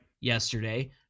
yesterday